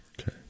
Okay